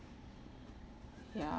ya